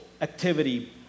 activity